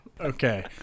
okay